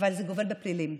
זה גובל בפלילים.